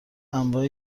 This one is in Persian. انواع